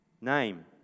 name